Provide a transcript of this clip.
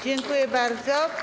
Dziękuję bardzo.